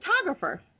photographer